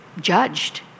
judged